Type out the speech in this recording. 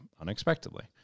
unexpectedly